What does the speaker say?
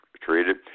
Treated